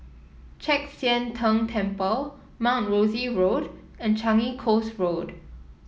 Chek Sian Tng Temple Mount Rosie Road and Changi Coast Road